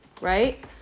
Right